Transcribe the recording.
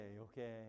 okay